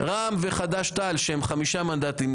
רע"מ וחד"ש-תע"ל שהם 5 מנדטים,